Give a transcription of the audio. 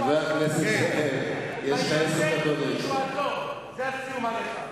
"וינבל צור ישעתו", זה הסיום עליך.